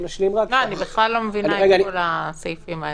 אני בכלל לא מבינה את כל הסעיפים האלה.